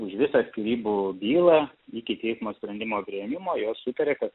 už visą skyrybų bylą iki teismo sprendimo priėmimo jos sutarė kad